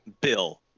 Bill